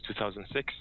2006